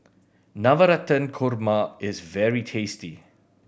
Navratan Korma is very tasty